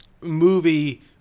movie